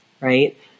Right